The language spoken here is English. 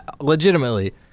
Legitimately